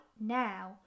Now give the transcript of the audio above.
now